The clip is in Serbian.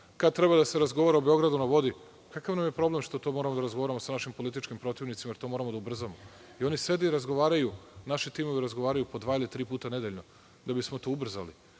kada treba da se razgovara o „Beogradu na vodi“. Kakav nam je problem što to moramo da razgovaramo sa našim političkim protivnicima, jer to moramo da ubrzamo i oni sede i razgovaraju, naši timovi razgovaraju po dva ili tri puta nedeljno, da bismo to ubrzali. Čini